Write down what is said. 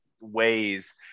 ways